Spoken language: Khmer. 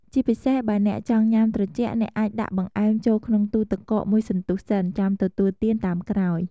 ជាពិសេស បើអ្នកចង់ញ៉ាំត្រជាក់ អ្នកអាចដាក់បង្អែមចូលក្នុងទូទឹកកកមួយសន្ទុះសិន ចាំទទួលទានតាមក្រោយ។